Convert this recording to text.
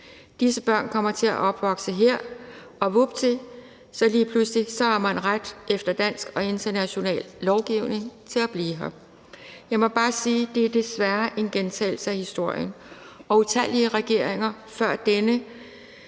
Disse børn kommer til at opvokse her, og vupti, lige pludselig har man ret efter dansk og international lovgivning til at blive her. Jeg må bare sige, at det desværre er en gentagelse af historien og utallige regeringer før dennes